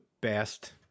best